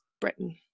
Britain